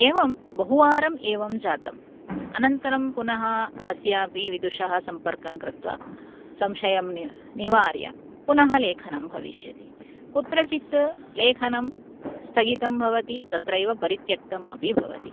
एवं बहुवारम् एवं जातम् अनन्तरं पुनः कस्यापि विदुषः सम्पर्कं कृत्वा संशयं निवार्य पुनः लेखनं भविष्यति कुत्रचित् लेखनं स्थगितं भवति तत्रैव परित्यक्तम् अपि भवति